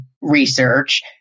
research